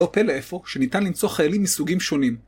אופל איפה שניתן למצוא חיילים מסוגים שונים.